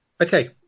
okay